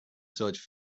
such